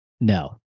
No